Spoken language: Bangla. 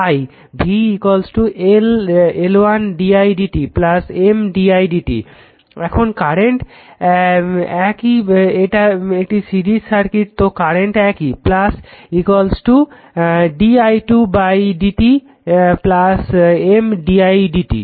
v L1 d i dt M d i dt এখন কারেন্ট একই এটা একটি সিরিজ সার্কিট তো কারেন্ট একই di2 by dt M didt